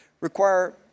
require